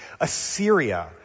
Assyria